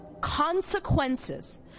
consequences